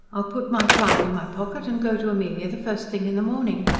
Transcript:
i'll put my pride in my pocket and go to amelia the first thing in the morning.